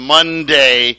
Monday